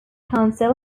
council